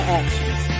actions